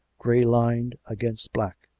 grey-lined against black.